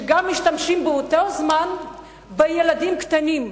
שגם משתמשים באותו זמן בילדים קטנים,